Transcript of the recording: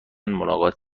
ملاقات